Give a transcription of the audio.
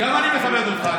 גם אני מכבד אותך.